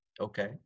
Okay